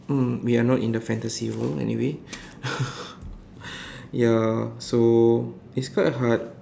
mm we are not in the fantasy world anyway ya so it's quite hard